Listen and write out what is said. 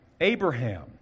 Abraham